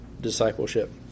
discipleship